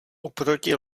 oproti